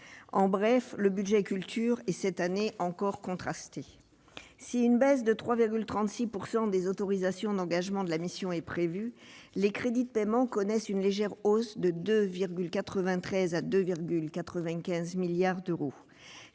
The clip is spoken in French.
En bref, le budget de la culture est cette année encore contrasté. Si une baisse de 3,36 % des autorisations d'engagement de la mission est prévue, les crédits de paiement connaissent une légère hausse de 2,93 à 2,95 milliards d'euros.